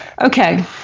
okay